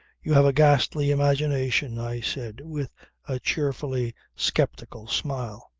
you have a ghastly imagination, i said with a cheerfully sceptical smile.